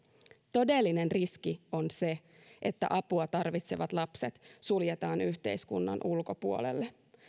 todellinen riski on se että apua tarvitsevat lapset suljetaan yhteiskunnan ulkopuolelle